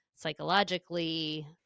psychologically